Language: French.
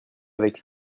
avec